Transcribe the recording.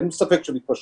אין לי ספק שמתפשרים.